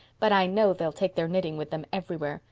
but i know they'll take their knitting with them everywhere.